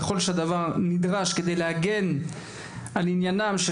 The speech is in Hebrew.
ככל שהדבר נדרש כדי להגן על עניינים של